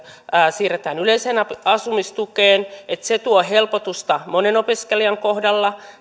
siirretään yleiseen asumistukeen tuo helpotusta monen opiskelijan kohdalla